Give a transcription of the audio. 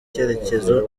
icyerecyezo